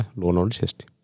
luonnollisesti